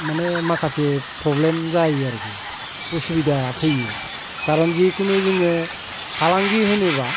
माने माखासे प्रब्लेम जायो आरोखि उसुबिदा फैयो कारन जिकुनु जोङो फालांगि होनोबा